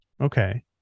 Okay